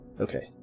Okay